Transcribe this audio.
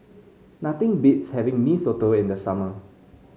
nothing beats having Mee Soto in the summer